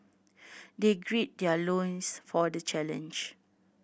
they great their loins for the challenge